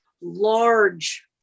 large